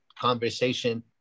conversation